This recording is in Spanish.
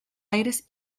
aires